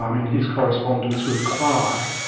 um and his correspondence with clark.